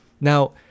Now